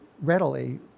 readily